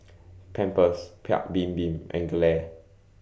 Pampers Paik's Bibim and Gelare